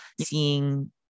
seeing